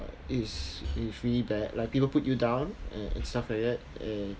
it's it's really bad like people put you down and and stuff like that and